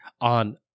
on